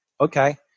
okay